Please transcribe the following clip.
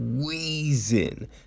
Squeezing